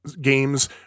games